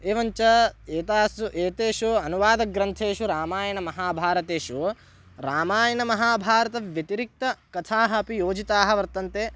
एवञ्च एतासु एतेषु अनुवादग्रन्थेषु रामायणमहाभारतेषु रामायणमहाभारतव्यतिरिक्तकथाः अपि योजिताः वर्तन्ते